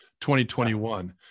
2021